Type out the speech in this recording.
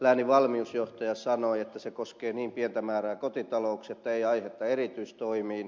läänin valmiusjohtaja sanoi että se koskee niin pientä määrää kotitalouksia että ei aihetta erityistoimiin